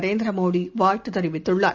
நரேந்திரமோடிவாழ்த்துதெரிவித்துள்ளார்